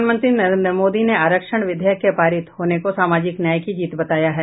प्रधानमंत्री नरेन्द्र मोदी ने आरक्षण विधेयक के पारित होने को सामाजिक न्याय की जीत बताया है